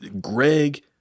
Greg